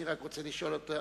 אני רק רוצה לשאול את אדוני,